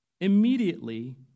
immediately